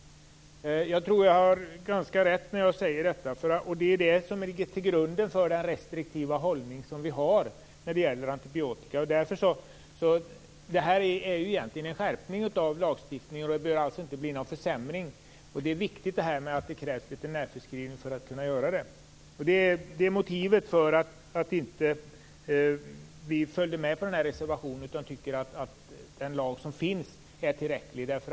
Jag tror att jag har ganska rätt när jag säger detta. Det ligger till grund för den restriktiva hållning som vi har i fråga om antibiotika. Det här innebär egentligen en skärpning av lagen och bör alltså inte innebära någon försämring. Det är viktigt att det krävs veterinärförskrivning. Det är motivet till att vi inte följde med på reservationen utan tycker att den lag som finns är tillräcklig.